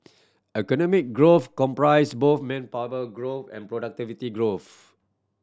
economic growth comprises both manpower growth and productivity growth